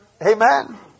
Amen